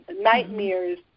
nightmares